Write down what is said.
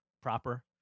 proper